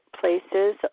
places